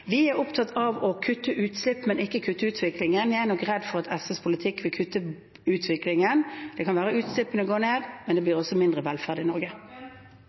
Vi er opptatt av å kutte utslipp, men ikke kutte utviklingen. Jeg er nok redd for at SVs politikk vil kutte utviklingen. Det kan være at utslippene går ned, men det blir også mindre velferd i Norge.